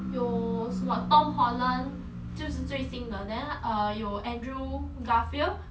有什么 tom holland 就是最新的 then err 有 andrew garfield